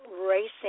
Racing